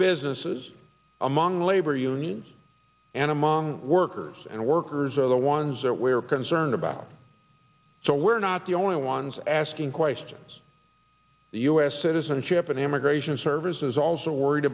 businesses among labor unions and among workers and workers are the ones that we're concerned about so we're not the only ones asking questions the u s citizenship and immigration services also worried